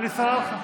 עלי סלאלחה.